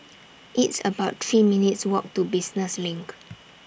It's about three minutes' Walk to Business LINK